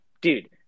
dude